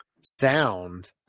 sound